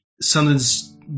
something's